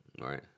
Right